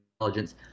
Intelligence